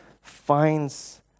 finds